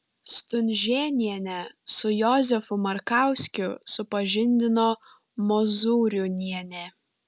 stunžėnienę su jozefu markauskiu supažindino mozūriūnienė